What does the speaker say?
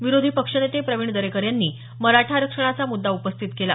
विरोधी पक्षनेते प्रवीण दरेकर यांनी मराठा आरक्षणाचा मुद्दा उपस्थित केला